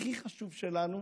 הכי חשוב שלנו,